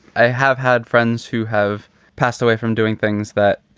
i have had friends who have passed away from doing things that.